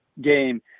game